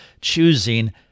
choosing